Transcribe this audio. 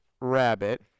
Rabbit